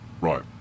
Right